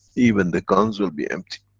even the guns will be empty.